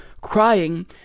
crying